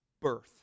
birth